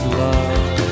love